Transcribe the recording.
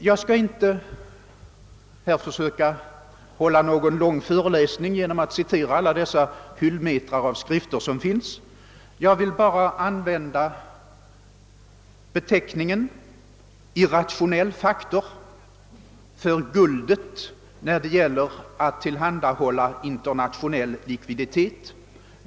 Jag skall inte hålla någon lång föreläsning genom att citera alla de hyllmetrar av skrifter som finns; jag vill för guldet bara använda beteckningen irrationell faktor när dei gäller att tillhandahålla internationell likviditet.